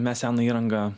mes seną įrangą